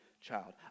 child